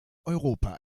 europa